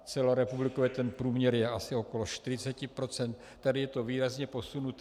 Celorepublikově průměr je asi okolo 40 %, tady je to výrazně posunuto.